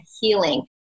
healing